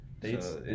dates